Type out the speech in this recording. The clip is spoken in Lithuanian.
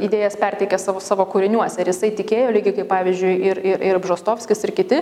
idėjas perteikė savo savo kūriniuose jisai tikėjo lygiai kaip pavyzdžiui ir ir ir bžostovskis ir kiti